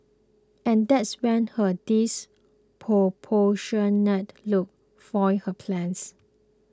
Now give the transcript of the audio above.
and that's when her disproportionate look foiled her plans